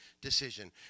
decision